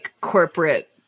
corporate –